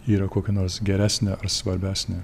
yra kokia nors geresnė ar svarbesnė